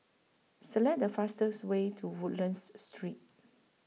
Select The fastest Way to Woodlands Street